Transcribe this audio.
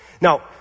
now